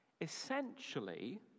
essentially